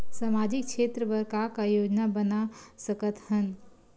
सामाजिक क्षेत्र बर का का योजना बना सकत हन?